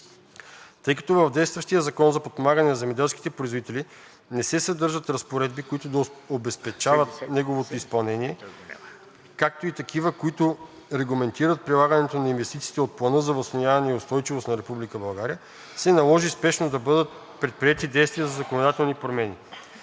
Тъй като в действащия Закон за подпомагане на земеделските производители не се съдържат разпоредби, които да обезпечават неговото изпълнение, както и такива, които регламентират прилагането на инвестициите от Плана за възстановяване и устойчивост на Република България, се наложи спешно да бъдат предприети действия за законодателни промени.